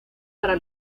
para